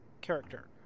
character